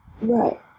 Right